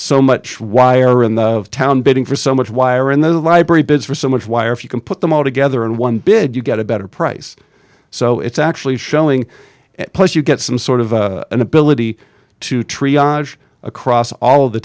so much wire in the town bidding for so much wire and the library bids for so much wire if you can put them all together in one bid you get a better price so it's actually showing plus you get some sort of an ability to try across all of the